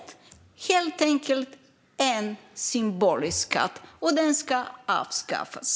Det är helt enkelt en symbolskatt, och den ska avskaffas.